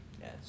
Yes